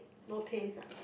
no taste ah